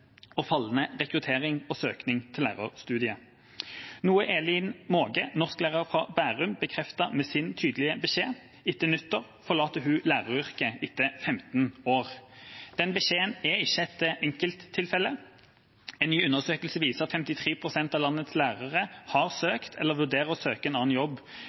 og fallende rekruttering og søkning til lærerstudiet, noe Elin Måge, norsklærer fra Bærum, bekrefter med sin tydelige beskjed: Etter nyttår forlater hun læreryrket etter femten år. Den beskjeden er ikke et enkelttilfelle, en ny undersøkelse viser at 53 pst. av landets lærere har søkt eller vurderer å søke en annen jobb